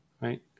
right